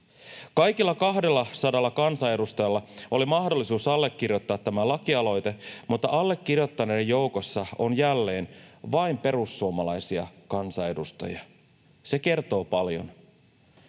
Kaikilla 200 kansanedustajalla oli mahdollisuus allekirjoittaa tämä lakialoite, mutta allekirjoittaneiden joukossa on jälleen vain perussuomalaisia kansanedustajia. Se kertoo paljon.